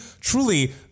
truly